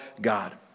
God